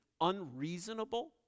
unreasonable